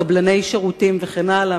קבלני שירותים וכן הלאה.